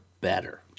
better